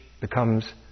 becomes